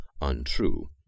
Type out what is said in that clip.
untrue